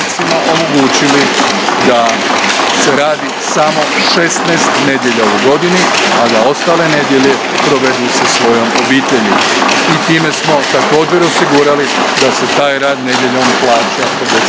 omogućili da se radi samo 16 nedjelja u godini, a da ostale nedjelje provedu sa svojom obitelji i time smo također osigurali da se rad nedjeljom plaća 50%